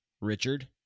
Richard